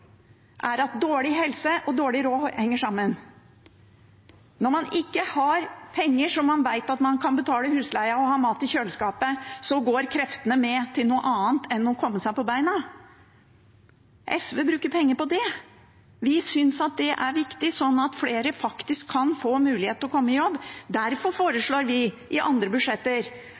er det at dårlig helse og dårlig råd henger sammen. Når man ikke har penger så man vet at man kan betale husleia og har mat i kjøleskapet, går kreftene med til noe annet enn å komme seg på beina. SV bruker penger på det. Vi synes at det er viktig, slik at flere faktisk kan få mulighet til å komme i jobb. Derfor foreslår vi i andre budsjetter